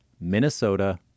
Minnesota